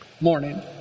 morning